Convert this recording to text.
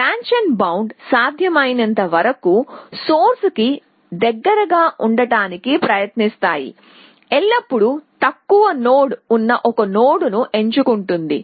branch bound సాధ్యమైనంతవరకు source కి దగ్గరగా ఉండటానికి ప్రయత్నిస్తాయి ఎల్లప్పుడూ తక్కువ నోడ్ ఉన్న ఒక నోడ్ను ఎంచుకుంటుంది